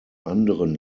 anderen